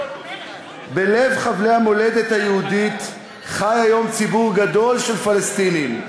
בלב חבלי המולדת היהודית חי היום ציבור גדול של פלסטינים.